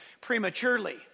prematurely